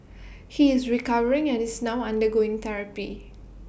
he is recovering and is now undergoing therapy